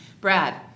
Brad